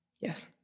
Yes